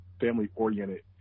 Family-oriented